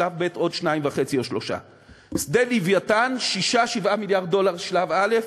שלב ב' עוד 2.5 או 3. שדה "לווייתן" 6 7 מיליארד דולר שלב א',